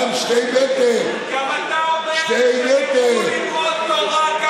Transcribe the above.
גם אתה רוצה שאנשים ילכו ללמוד תורה.